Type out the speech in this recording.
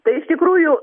tai iš tikrųjų